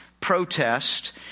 protest